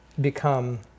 become